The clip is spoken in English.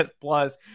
plus